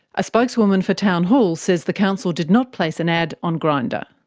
a spokeswoman for town hall says the council did not place an ad on grindr.